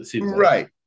Right